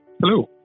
Hello